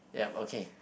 ya okay